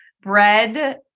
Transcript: bread